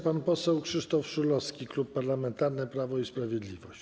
Pan poseł Krzysztof Szulowski, Klub Parlamentarny Prawo i Sprawiedliwość.